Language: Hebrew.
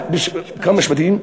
כמה משפטים.